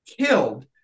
killed